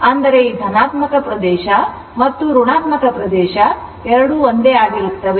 ಅಂದರೆ ಈ ಧನಾತ್ಮಕ ಪ್ರದೇಶ ಮತ್ತು ಋಣಾತ್ಮಕ ಪ್ರದೇಶ ಎರಡೂ ಒಂದೇ ಆಗಿರುತ್ತದೆ